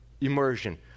immersion